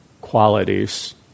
qualities